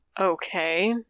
okay